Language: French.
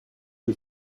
que